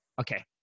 Okay